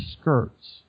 Skirts